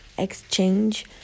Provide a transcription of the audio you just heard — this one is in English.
Exchange